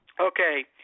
Okay